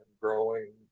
growing